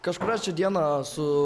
kažkurią čia dieną su